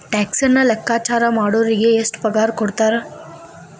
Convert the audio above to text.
ಟ್ಯಾಕ್ಸನ್ನ ಲೆಕ್ಕಾಚಾರಾ ಮಾಡೊರಿಗೆ ಎಷ್ಟ್ ಪಗಾರಕೊಡ್ತಾರ??